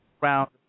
round